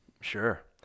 Sure